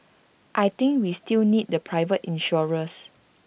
I think we still need the private insurers